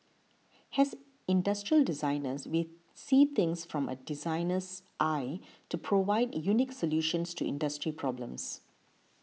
as industrial designers we see things from a designer's eye to provide unique solutions to industry problems